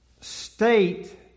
state